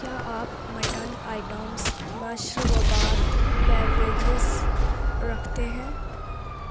کیا آپ mutton items مشروبات بیویریجز رکھتے ہیں